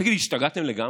תגידו, השתגעתם לגמרי?